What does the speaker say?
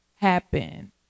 happen